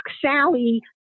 Sally